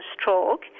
stroke